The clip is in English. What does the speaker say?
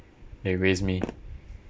they raised me